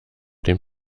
dem